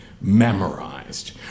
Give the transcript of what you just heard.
memorized